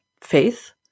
faith